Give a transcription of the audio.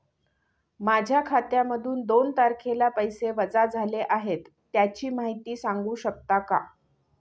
माझ्या खात्यातून दोन तारखेला पैसे वजा झाले आहेत त्याची माहिती सांगू शकता का?